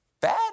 bad